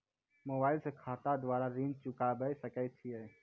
Mobile से खाता द्वारा ऋण चुकाबै सकय छियै?